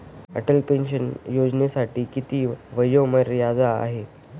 Atal pension योजनेसाठी किती वयोमर्यादा आहे?